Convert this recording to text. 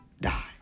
die